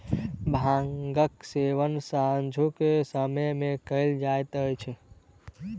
भांगक सेवन सांझुक समय मे कयल जाइत अछि